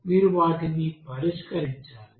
మీరు వాటిని పరిష్కరించాలి